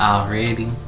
Already